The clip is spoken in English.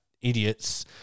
idiots